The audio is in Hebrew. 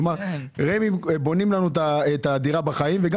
כלומר רמ"י בונים לנו את הדירה בחיים וגם